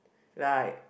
like